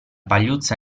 pagliuzza